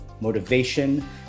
motivation